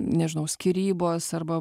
nežinau skyrybos arba